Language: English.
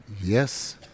yes